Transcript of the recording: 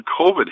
COVID